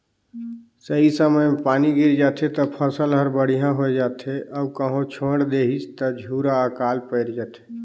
सही समय मे पानी गिर जाथे त फसल हर बड़िहा होये जाथे अउ कहो छोएड़ देहिस त झूरा आकाल पइर जाथे